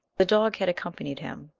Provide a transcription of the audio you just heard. the dog had accompanied him,